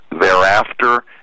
thereafter